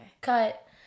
Cut